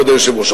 כבוד היושב-ראש,